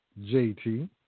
JT